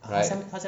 alright